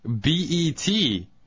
B-E-T